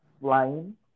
flying